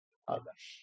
Others